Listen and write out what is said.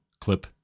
clip